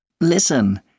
Listen